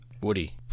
Woody